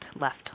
left